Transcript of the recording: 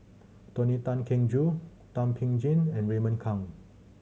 Tony Tan Keng Joo Thum Ping Tjin and Raymond Kang